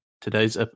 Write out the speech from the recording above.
today's